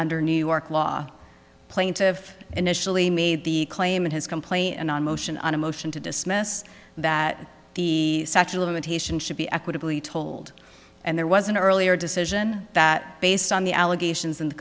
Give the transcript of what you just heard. under new york law plaintive initially made the claim in his complaint and on motion on a motion to dismiss that the such a limitation should be equitably told and there was an earlier decision that based on the allegations in